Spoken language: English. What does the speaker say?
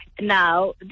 Now